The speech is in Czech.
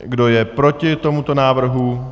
Kdo je proti tomuto návrhu?